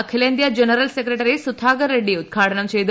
അഖിലേന്ത്യാ general secretary Sudhakar Reddy ഉദ്ഘാടനം ചെയ്തു